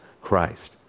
Christ